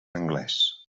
anglès